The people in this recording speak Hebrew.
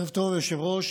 ערב טוב, היושב-ראש.